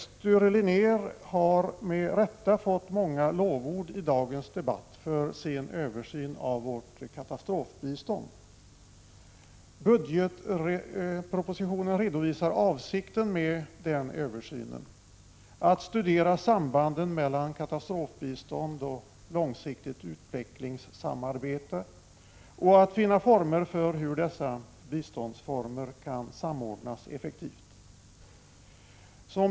Sture Linnér har med rätta fått många lovord i dagens debatt för sin översyn av Sveriges katastrofbistånd. Budgetpropositionen redovisar avsikten med den översynen, nämligen att studera sambanden mellan katastrofbistånd och långsiktigt utvecklingssamarbete samt att finna former för hur dessa biståndsformer kan samordnas effektivt.